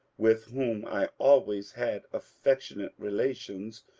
with whom i always had affectionate relations,